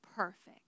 perfect